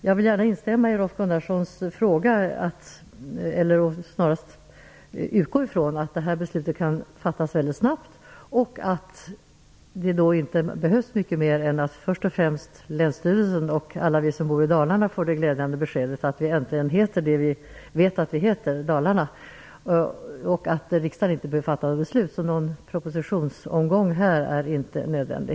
Jag vill gärna instämma i Rolf Gunnarssons fråga eller snarast utgå ifrån att beslutet kan fattas mycket snabbt och att först och främst Länsstyrelsen och alla vi som bor i Dalarna får det glädjande beskedet att vi äntligen heter det vi vet att vi heter, nämligen Dalarna, och att riksdagen inte behöver fatta något beslut. Då är inte någon propositionsomgång här nödvändig.